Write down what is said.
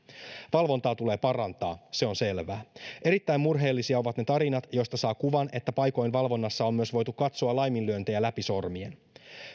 valvontaa tulee parantaa se on selvää erittäin murheellisia ovat ne tarinat joista saa kuvan että paikoin valvonnassa on myös voitu katsoa laiminlyöntejä läpi sormien